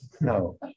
No